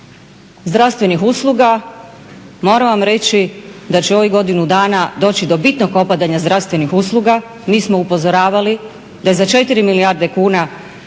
zdravstvenih usluga moram vam reći da će u ovih godinu dana doći do bitnog opadanja zdravstvenih usluga. Mi smo upozoravali da je za 4 milijarde kuna